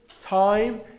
time